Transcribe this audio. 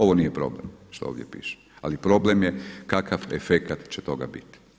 Ovo nije problem što ovdje piše ali problem je kakav efekt će toga biti.